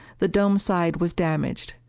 the dome side was damaged.